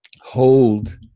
hold